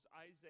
Isaiah